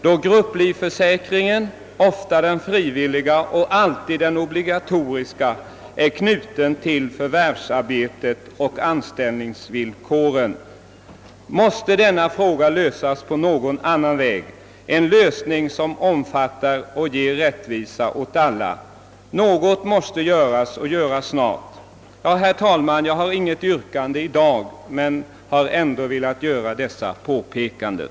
Då grupplivförsäkringen, ofta den frivilliga och alltid den obligatoriska, är knuten till förvärvsarbetet och anställningsvillkoren, måste denna trygghetsfråga lösas på annan väg, och det måste vara en lösning som omfattar och ger rättvisa åt alla. Något måste göras — och göras snart! Herr talman! Jag har i dag inget yrkande men har ändå velat göra dessa påpekanden.